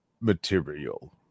Material